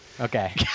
Okay